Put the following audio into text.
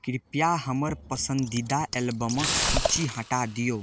कृपया हमर पसन्दीदा एल्बमक सूची हटा दिऔ